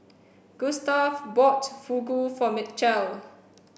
Gustave bought Fugu for Mitchell